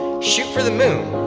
shoot for the moon.